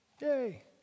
Yay